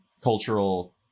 cultural